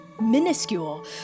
Minuscule